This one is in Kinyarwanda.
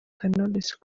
knowless